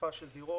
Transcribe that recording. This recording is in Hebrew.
תחלופה של דירות.